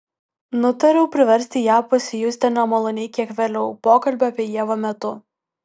nutariau priversti ją pasijusti nemaloniai kiek vėliau pokalbio apie ievą metu